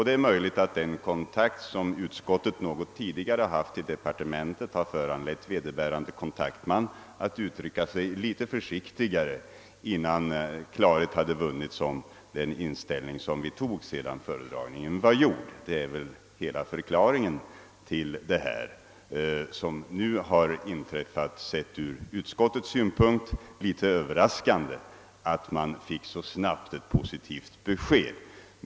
Det är möjligt att den kontakt som utskottet något tidigare haft med departementet föranlett = vederbörande kontaktman att uttrycka sig litet försiktigare innan klarhet vunnits om den ståndpunkt som vi tog efter föredragningen. Detta torde vara hela förklaringen till det som nu inträffat, då det ju ur utskottets synpunkt var något överraskande att ett positivt besked lämnades så snabbt.